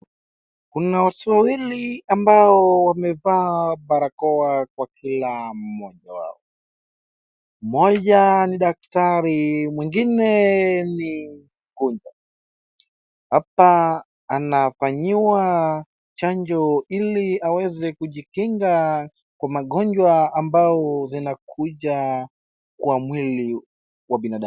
Kuna watu wawili ambao wamevaa barakoa kwa kila mmoja wao. Mmoja ni daktari, mwingine ni mgonjwa. Hapa anafanyiwa chanjo ili aweze kujikinga kwa magonjwa ambao zinakuja kwa mwili wa binada..